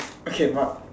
okay Mark